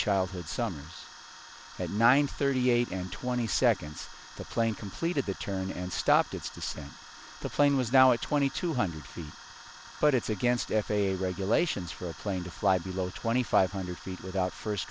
childhood summers at nine thirty eight and twenty seconds the plane completed the turn and stopped its descent the plane was now at twenty two hundred feet but it's against f a a regulations for a plane to fly below twenty five hundred feet without first